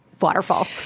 waterfall